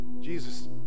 Jesus